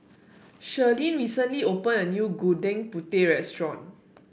Shirlene recently opened a new Gudeg Putih restaurant